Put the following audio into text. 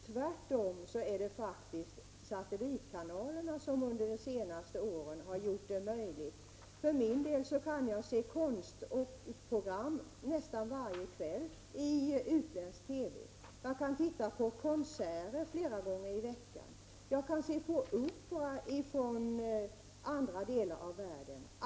Tvärtom är det satellitkanalerna som har möjliggjort detta under de senaste åren. Själv kan jag se konstprogram nästan varje kväll i utländsk TV. Jag kan lyssna på konserter flera gånger i veckan, och jag kan se opera från andra delar av världen.